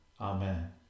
Amen